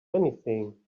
anything